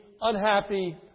unhappy